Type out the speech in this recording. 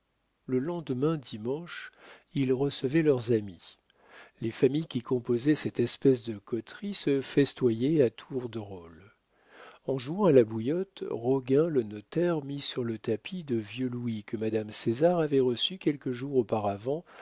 le lendemain dimanche ils recevaient leurs amis les familles qui composaient cette espèce de coterie se festoyaient à tour de rôle en jouant à la bouillotte roguin le notaire mit sur le tapis de vieux louis que madame césar avait reçus quelques jours auparavant